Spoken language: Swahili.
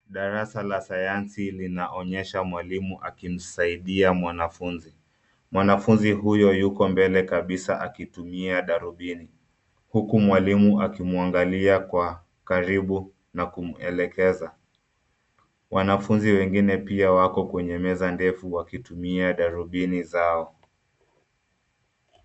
Darasa la sayansi linaonyesha mwalimu akimsaidia mwanafunzi. Mwanafunzi huyo yuko mbele kabisa akitumia darubini huku mwalimu akimwangalia kwa karibu na kumwelekeza. Wanafunzi wengine pia wako kwenye meza ndefu wakitumia darubini zao.